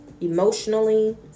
emotionally